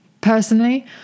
Personally